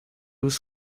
was